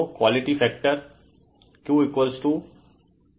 तो quality factor QωLR हैं